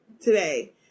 today